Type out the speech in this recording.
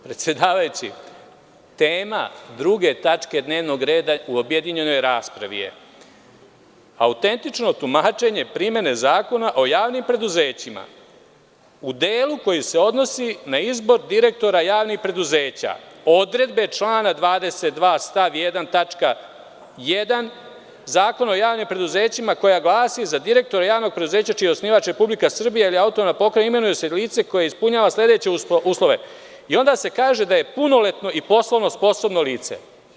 Predsedavajući, tema 2. tačke dnevnog reda u objedinjenoj raspravi je autentično tumačenje primene Zakona o javnim preduzećima, u delu koji se odnosi na izbor direktora javnih preduzeća, odredbe člana 22. stav 1. tačka 1. Zakona o javnim preduzećima koja glasi – za direktora javnog preduzeća čiji je osnivač Republika Srbija ili Autonomna Pokrajina, imenuje se lice koje ispunjava sledeće uslove, i onda se kaže da je punoletno i poslovno sposobno lice.